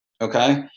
okay